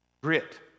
Grit